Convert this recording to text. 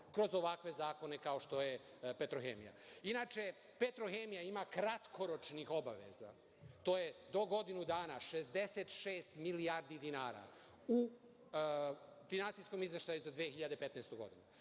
kroz ovakve zakone kao što je „Petrohemija“.Inače, „Petrohemija“ ima kratkoročnih obaveza. To je do godinu dana 66 milijardi dinara u finansijskom izveštaju za 2015. godinu.